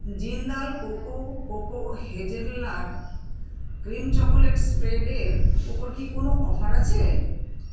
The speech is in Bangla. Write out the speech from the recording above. Jindal cocoa cocoa hazelnut cream chocolate spread এর ওপর কী কোনও অফার আছে